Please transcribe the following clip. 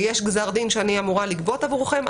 יש גזר דין שאני אמורה לגבות עבורכם,